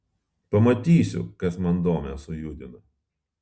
pamatysiu kas man domę sujudina